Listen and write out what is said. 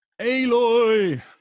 Aloy